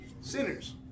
sinners